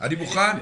אני מוכן.